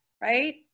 right